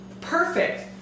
Perfect